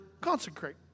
consecrate